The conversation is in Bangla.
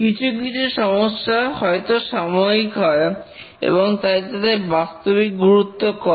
কিছু কিছু সমস্যা হয়তো সাময়িক হয় এবং তাই তাদের বাস্তবিক গুরুত্ব কম